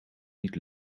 niet